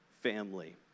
family